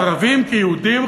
ערבים כיהודים,